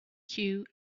queue